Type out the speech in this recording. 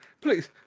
please